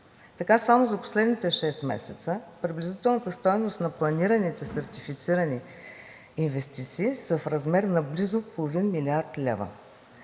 Така само за последните шест месеца приблизителната стойност на планираните сертифицирани инвестиции са в размер на близо половин милиард лева.